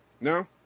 no